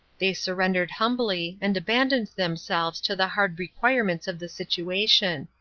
they surrendered humbly, and abandoned themselves to the hard requirements of the situation.